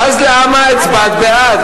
אז למה הצבעת בעד?